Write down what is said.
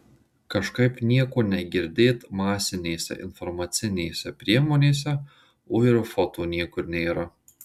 kažkaip nieko negirdėt masinėse informacinėse priemonėse o ir foto niekur nėra